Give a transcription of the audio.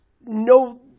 no